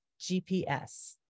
GPS